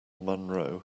monroe